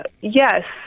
Yes